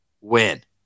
win